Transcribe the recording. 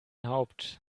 haupt